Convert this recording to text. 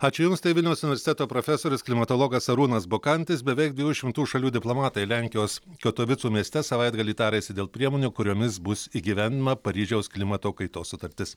ačiū jums tai vilniaus universiteto profesorius klimatologas arūnas bukantis beveik dviejų šimtų šalių diplomatai lenkijos katovicų mieste savaitgalį tarėsi dėl priemonių kuriomis bus įgyvendinama paryžiaus klimato kaitos sutartis